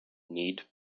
need